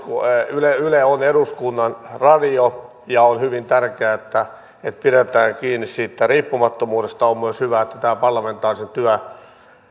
yle yle on eduskunnan radio ja on hyvin tärkeää että pidetään kiinni siitä riippumattomuudesta ja on myös hyvä että tämän parlamentaarisen